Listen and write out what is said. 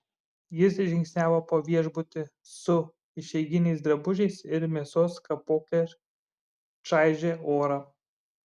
jis žingsniavo po viešbutį su išeiginiais drabužiais ir mėsos kapokle čaižė orą